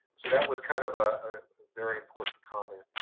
so that was kind of a very important comment.